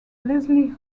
leslie